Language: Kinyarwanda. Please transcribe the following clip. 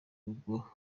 rugo